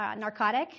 narcotic